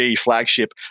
flagship